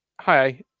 hi